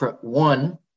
one –